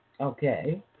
Okay